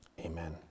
amen